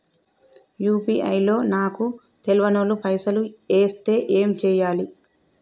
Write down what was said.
UPI లో నాకు తెల్వనోళ్లు పైసల్ ఎస్తే ఏం చేయాలి?